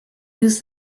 use